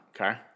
Okay